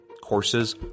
Courses